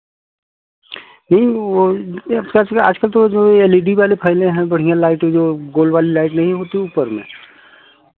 यही वह जिस आज कल तो जो एल ई डी वाली फाइलें हैंबढ़िया लाइटें जो गोल वाली लाइट नहीं होती ऊपर में